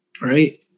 right